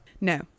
No